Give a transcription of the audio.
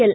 L